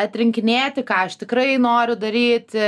atrinkinėti ką aš tikrai noriu daryti